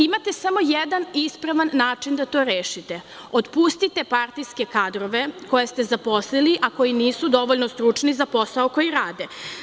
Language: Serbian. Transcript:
Imate samo jedan ispravan način da to rešite, otpustite partijske kadrove, koje ste zaposlili, a koji nisu dovoljno stručni za posao koji rade.